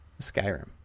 Skyrim